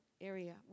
area